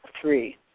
three